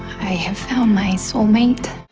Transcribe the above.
i have found my soulmate.